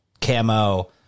camo